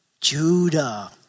Judah